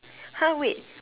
!huh! wait